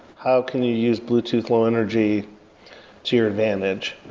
how can you use bluetooth low energy to your advantage?